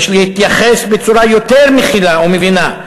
יש להתייחס בצורה מכילה ומבינה,